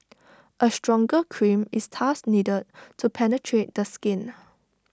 A stronger cream is thus needed to penetrate the skin